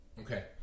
Okay